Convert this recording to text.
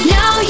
Now